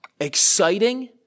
exciting